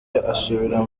asubira